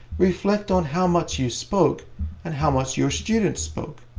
reflect on how much you spoke and how much your students spoke.